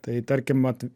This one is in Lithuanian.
tai tarkim vat